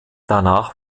danach